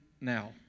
now